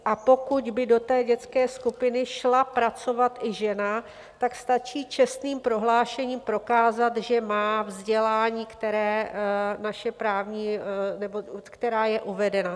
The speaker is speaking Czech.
A pokud by do té dětské skupiny šla pracovat i žena, tak stačí čestným prohlášením prokázat, že má vzdělání, které naše právní... nebo která je uvedena.